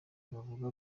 ntibavuga